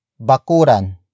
bakuran